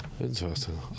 Interesting